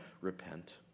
repent